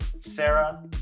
Sarah